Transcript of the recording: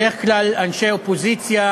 בדרך כלל אנשי אופוזיציה